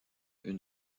une